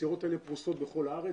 הסירות האלה פרוסות בכל הארץ,